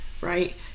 right